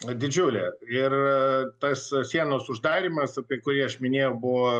didžiulė ir tas sienos uždarymas apie kurį aš minėjau buvo